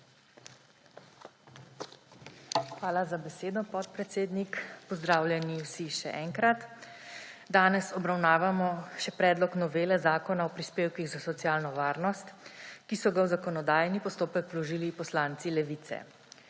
Hvala za besedo, podpredsednik. Pozdravljeni vsi še enkrat! Danes obravnavamo še predlog novele Zakona o prispevkih za socialno varnost, ki so ga v zakonodajni postopek vložili poslanci Levice.